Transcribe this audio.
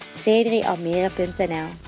c3almere.nl